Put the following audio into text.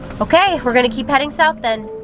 okay, we're gonna keep heading south then.